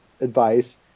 advice